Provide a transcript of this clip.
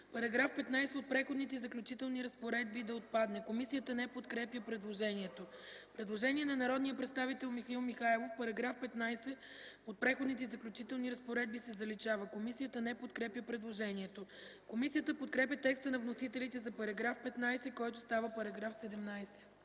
–§ 15 от Преходните и заключителните разпоредби да отпадне. Комисията не подкрепя предложението. Предложение на народния представител Михаил Михайлов –§ 15 от Преходните и заключителните разпоредби се заличава. Комисията не подкрепя предложението. Комисията подкрепя текста на вносителя за § 15, който става § 17.